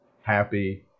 happy